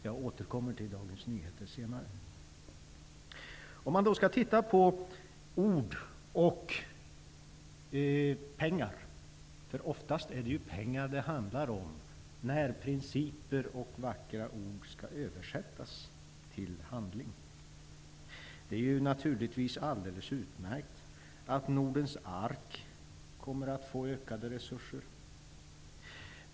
Jag återkommer till Dagens Nyheter senare. Låt oss titta på ord och pengar. Det är oftast pengar det handlar om när principer och vackra ord skall översättas till handling. Det är naturligtvis alldeles utmärkt att Nordens Ark kommer att få ökade resurser.